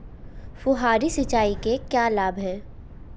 फुहारी सिंचाई के क्या लाभ हैं?